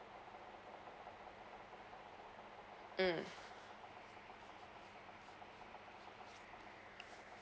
mm